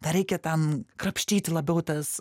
dar reikia ten krapštyti labiau tas